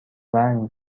رنگ